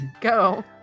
go